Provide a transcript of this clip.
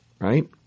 right